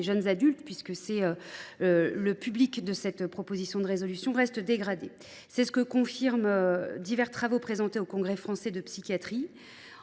jeunes adultes, c’est à dire les publics concernés par la présente proposition de résolution, reste dégradée. C’est ce que confirment divers travaux présentés aux Congrès français de psychiatrie.